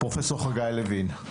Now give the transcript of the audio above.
פרופ' חגי לוין?